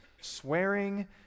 swearing